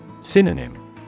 Synonym